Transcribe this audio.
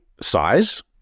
size